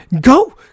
Go